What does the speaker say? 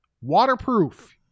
waterproof